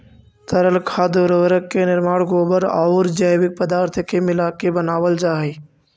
तरल खाद उर्वरक के निर्माण गोबर औउर जैविक पदार्थ के मिलाके बनावल जा हई